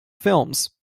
films